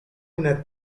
una